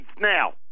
now